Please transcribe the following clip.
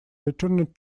returned